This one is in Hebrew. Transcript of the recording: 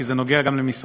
כי זה נוגע גם למשרדך.